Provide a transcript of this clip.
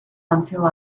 until